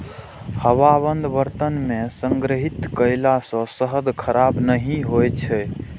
हवाबंद बर्तन मे संग्रहित कयला सं शहद खराब नहि होइ छै